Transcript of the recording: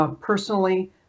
personally